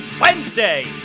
Wednesday